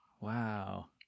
Wow